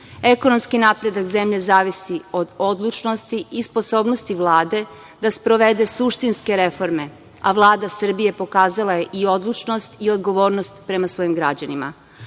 9,4%.Ekonomski napredak zemlje zavisi od odlučnosti i sposobnosti Vlade da sprovede suštinske reforme, a Vlada Srbije pokazala je i odlučnost i odgovornost prema svojim građanima. Sve